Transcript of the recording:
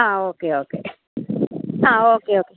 ആ okay okay ആ okay okay